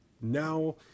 now